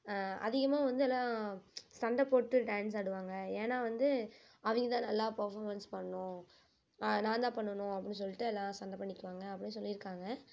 அதிகமாக வந்து எல்லாம் சண்டை போட்டு டான்ஸ் ஆடுவாங்க ஏன்னா வந்து அவங்கதா நல்லா பர்ஃப்ஃபாமன்ஸ் பண்ணனும் நான் தான் பண்ணனும் அப்படின்னு சொல்லிட்டு எல்லாம் சண்டை பண்ணிக்குவாங்க அப்படின்னு சொல்லியிருக்காங்க